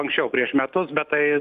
anksčiau prieš metus bet tai